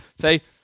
say